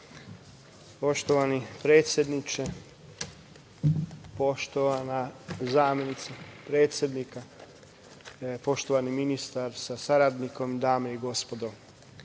Hvala. Poštovani predsedniče, poštovana zamenice predsednika, poštovani ministre sa saradnikom, dame i gospodo,